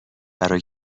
برا